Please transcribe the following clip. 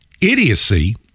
idiocy